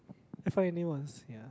F_Y_N_A once ya